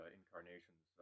incarnations